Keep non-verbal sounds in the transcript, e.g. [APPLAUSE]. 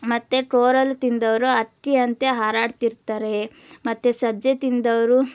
ಮತ್ತೆ [UNINTELLIGIBLE] ತಿಂದವರು ಹಕ್ಕಿ ಅಂತೆ ಹಾರಾಡ್ತಿರ್ತಾರೆ ಮತ್ತೆ ಸಜ್ಜೆ ತಿಂದವರು